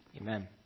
Amen